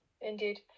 Indeed